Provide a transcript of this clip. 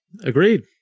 Agreed